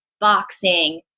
boxing